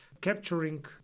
capturing